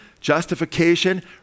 justification